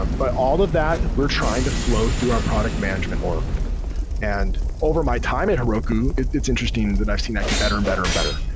um but all of that, we're trying to flow through our product management org and over my time at heroku, it's interesting that i've seen that get better and better and better.